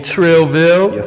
Trillville